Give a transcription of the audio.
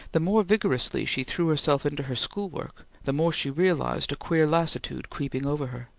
the more vigorously she threw herself into her school work, the more she realized a queer lassitude, creeping over her.